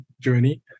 journey